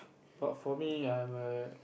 but for me I'm a